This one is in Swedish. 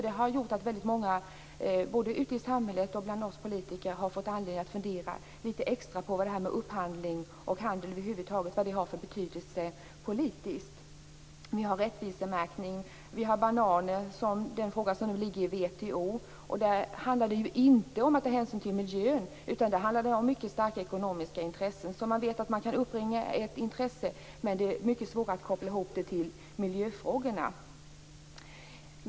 Det har gjort att väldigt många både ute i samhället och bland oss politiker har fått anledning att fundera lite extra på vad detta med upphandling och handel över huvud taget har för betydelse politiskt. Vi har rättvisemärkning. T.ex. frågan om bananer, som nu behandlas av WTO, handlar inte om att ta hänsyn till miljön utan om mycket starka ekonomiska intressen som man vet att man kan uppbringa ett intresse för. Men det är mycket svårare att koppla ihop den med miljöfrågorna.